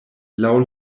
laŭ